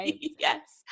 Yes